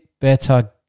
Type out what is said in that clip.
better